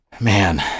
man